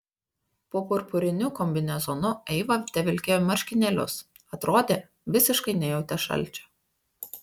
po purpuriniu kombinezonu eiva tevilkėjo marškinėlius atrodė visiškai nejautė šalčio